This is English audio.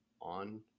on